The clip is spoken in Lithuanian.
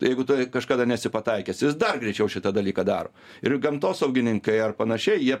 jeigu tu kažkada nesi pataikęs jis dar greičiau šitą dalyką daro ir gamtosaugininkai ar panašiai jie